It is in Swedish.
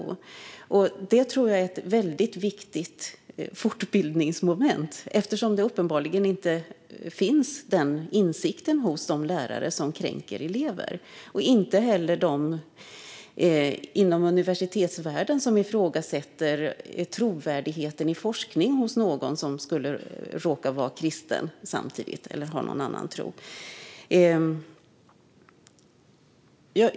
Detta tror jag är ett väldigt viktigt fortbildningsmoment, eftersom den insikten uppenbarligen inte finns hos de lärare som kränker elever och heller inte hos dem inom universitetsvärlden som ifrågasätter trovärdigheten i forskning hos någon som råkar vara kristen eller ha någon annan tro.